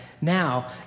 now